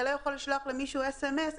אתה לא יכול לשלוח למישהו אס.אם.אס.,